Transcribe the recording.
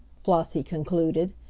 flossie concluded,